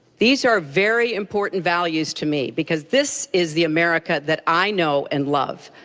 these are very important values to me because this is the america that i know and love.